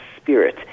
Spirit